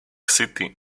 city